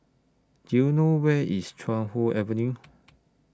Do YOU know Where IS Chuan Hoe Avenue